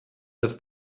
dass